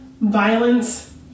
violence